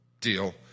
deal